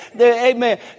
Amen